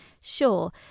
Sure